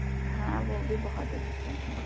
ہاں وہ بھی بہت اچھا ہے